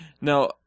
Now